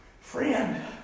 Friend